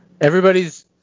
Everybody's